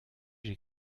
j’ai